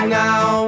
now